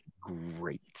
great